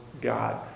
God